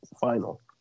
final